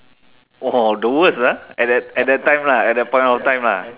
oh hor the worst ah at that at that time lah at that point of time lah